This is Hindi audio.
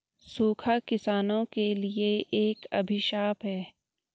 सूखा किसानों के लिए एक अभिशाप है